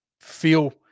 feel